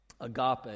agape